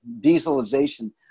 dieselization